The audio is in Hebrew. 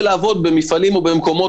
לעבוד במפעלים או בהייטק,